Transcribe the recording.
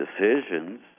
decisions